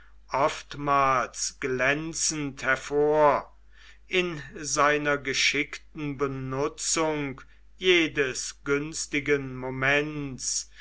oftmals glänzend hervor in seiner geschickten benutzung jedes günstigen moments